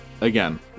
again